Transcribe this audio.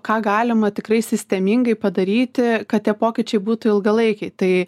ką galima tikrai sistemingai padaryti kad tie pokyčiai būtų ilgalaikiai tai